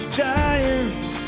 giants